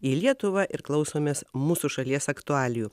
į lietuvą ir klausomės mūsų šalies aktualijų